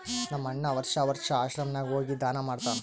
ನಮ್ ಅಣ್ಣಾ ವರ್ಷಾ ವರ್ಷಾ ಆಶ್ರಮ ನಾಗ್ ಹೋಗಿ ದಾನಾ ಮಾಡ್ತಾನ್